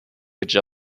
which